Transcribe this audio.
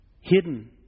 hidden